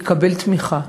הוא יקבל תמיכה.